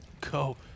Go